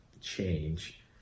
change